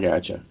gotcha